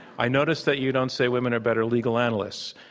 i notice that you don't say women are better legal analysts.